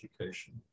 education